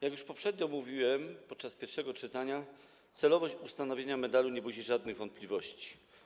Jak już poprzednio mówiłem podczas pierwszego czytania, celowość ustanowienia medalu nie budzi żadnych wątpliwości.